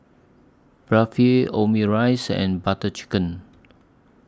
Omurice and Butter Chicken